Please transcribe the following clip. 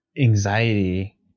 anxiety